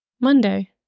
Monday